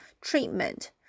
treatment